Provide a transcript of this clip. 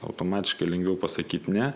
automatiškai lengviau pasakyt ne